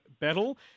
battle